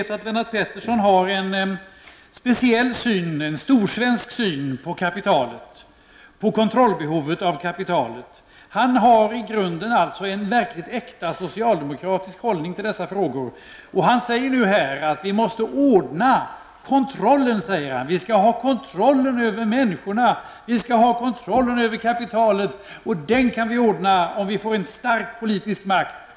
Vi vet att Lennart Pettersson har en speciell syn, en storsvensk syn, på kapitalet och på kontrollbehovet av kapitalet. Han har i grunden en verkligt äkta socialdemokratisk hållning till dessa frågor. Han säger nu att vi måste ordna kontrollen. Han säger att vi skall ha kontrollen över människorna och över kapitalet och att vi kan ordna den om vi får en stark politisk makt.